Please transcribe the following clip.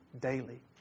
daily